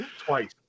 Twice